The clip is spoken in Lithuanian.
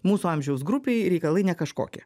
mūsų amžiaus grupei reikalai ne kažkokie